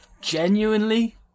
Genuinely